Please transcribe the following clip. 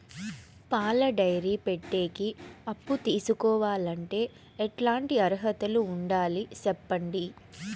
పాల డైరీ పెట్టేకి అప్పు తీసుకోవాలంటే ఎట్లాంటి అర్హతలు ఉండాలి సెప్పండి?